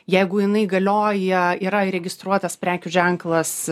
jeigu jinai galioja yra įregistruotas prekių ženklas